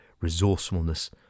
resourcefulness